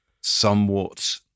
somewhat